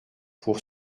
pour